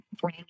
brand